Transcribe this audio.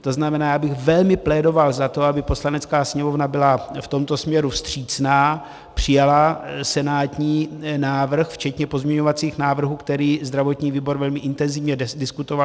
To znamená, já bych velmi plédoval za to, aby Poslanecká sněmovna byla v tomto směru vstřícná, přijala senátní návrh včetně pozměňovacích návrhů, které zdravotní výbor velmi intenzivně diskutoval.